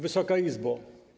Wysoka Izbo!